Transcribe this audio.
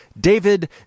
David